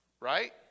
Right